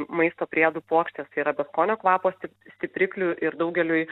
maisto priedų puokštės tai yra be skonio kvapo stipriklių ir daugeliui